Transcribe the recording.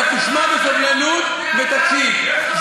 אבל תשמע בסבלנות ותקשיב.